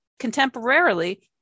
contemporarily